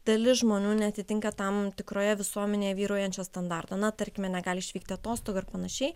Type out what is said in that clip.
dalis žmonių neatitinka tam tikroje visuomenėje vyraujančio standarto na tarkime negali išvykti atostogų ar panašiai